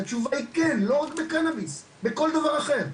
התשובה היא כן ולא רק בקנאביס, בכל דבר אחר.